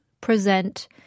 present